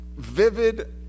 vivid